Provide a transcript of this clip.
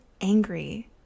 angry